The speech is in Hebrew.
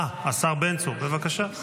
אה, השר בן צור, בבקשה.